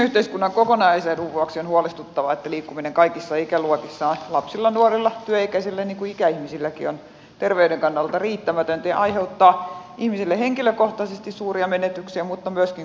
yhteiskunnan kokonaisedun vuoksi on huolestuttavaa että liikkuminen kaikissa ikäluokissa lapsilla nuorilla työikäisillä niin kuin ikäihmisilläkin on terveyden kannalta riittämätöntä ja aiheuttaa ihmisille henkilökohtaisesti suuria menetyksiä mutta myöskin koko yhteiskunnalle